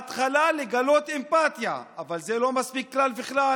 בהתחלה לגלות אמפתיה, אבל זה לא מספיק כלל וכלל,